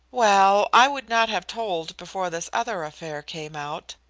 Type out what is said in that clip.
well, i would not have told before this other affair came out,